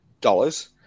dollars